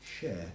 share